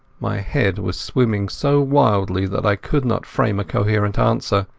my head was swimming so wildly that i could not frame a coherent answer.